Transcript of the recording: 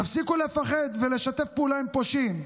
תפסיקו לפחד ולשתף פעולה עם פושעים.